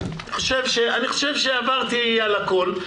אני חושב שעברתי על הכול.